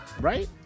right